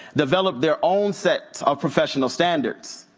developed their own sets of professional standards.